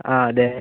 ആ അതെ